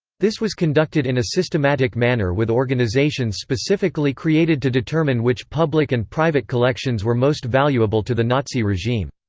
this was conducted in a systematic manner with organizations specifically created to determine which public and private collections were most valuable to the nazi regime.